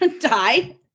Die